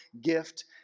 gift